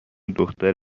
دختر